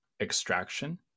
extraction